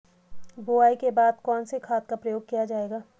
बुआई के बाद कौन से खाद का प्रयोग किया जायेगा?